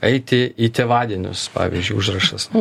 eiti į tėvadienius pavyzdžiui užrašas